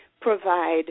Provide